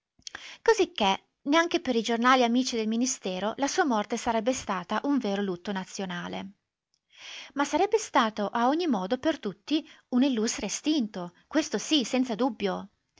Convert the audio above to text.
cosicché neanche per i giornali amici del ministero la sua morte sarebbe stata un vero lutto nazionale ma sarebbe stato a ogni modo per tutti un illustre estinto questo sì senza dubbio